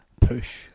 push